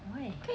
why